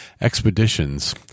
expeditions